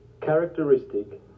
characteristic